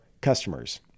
customers